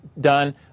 done